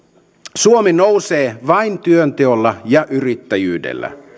suomi nousee vain työnteolla ja yrittäjyydellä